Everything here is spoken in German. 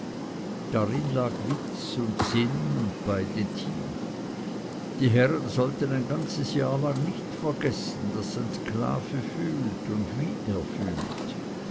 darin lag sinn und witz und beide tief die herren sollten ein ganzes jahr lang nicht vergessen daß ein sklave fühlt und wie er fühlt